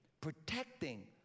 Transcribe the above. protecting